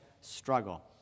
struggle